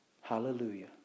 Hallelujah